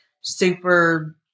super –